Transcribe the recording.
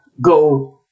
go